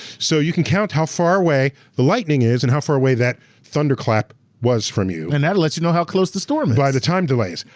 so you can count how far away the lightning is and how far away that thundercloud was from you. and that'll let you know how close the storm is. by the time delays.